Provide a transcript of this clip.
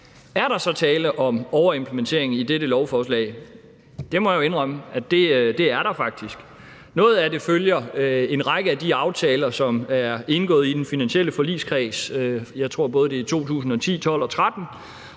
Er der så tale om overimplementering i dette lovforslag? Det må jeg jo indrømme at der faktisk er. Noget af det følger en række af de aftaler, som er indgået i den finansielle forligskreds. Jeg tror, at det både er i 2010, 2012 og 2013